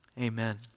amen